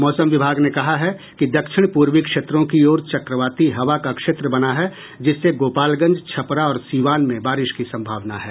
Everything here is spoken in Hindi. मौसम विभाग ने कहा है कि दक्षिण पूर्वी क्षेत्रों की ओर चक्रवाती हवा का क्षेत्र बना है जिससे गोपालगंज छपरा और सीवान में बारिश की संभावना है